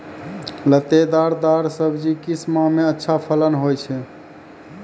लतेदार दार सब्जी किस माह मे अच्छा फलन होय छै?